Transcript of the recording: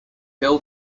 hill